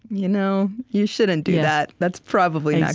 you know, you shouldn't do that. that's probably